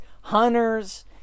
hunters